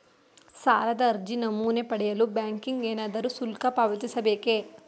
ಸಾಲದ ಅರ್ಜಿ ನಮೂನೆ ಪಡೆಯಲು ಬ್ಯಾಂಕಿಗೆ ಏನಾದರೂ ಶುಲ್ಕ ಪಾವತಿಸಬೇಕೇ?